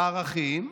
הערכים,